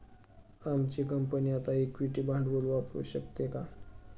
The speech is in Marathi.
आमची कंपनी आता इक्विटी भांडवल वापरू शकते का?